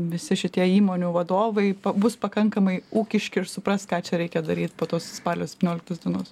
visi šitie įmonių vadovai bus pakankamai ūkiški ir supras ką čia reikia daryt po tos spalio septynioliktos dienos